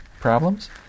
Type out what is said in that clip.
Problems